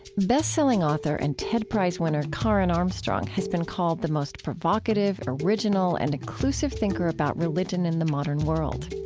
best-selling author and ted prize winner karen armstrong has been called the most provocative, original, and inclusive thinker about religion in the modern world.